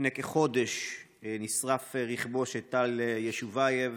לפני כחודש נשרף רכבו של טל יושובייב,